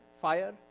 fire